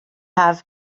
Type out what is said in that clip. have